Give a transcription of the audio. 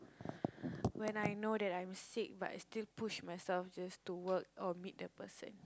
when I know that I am sick but still push myself just to work or meet the person